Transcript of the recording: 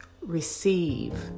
receive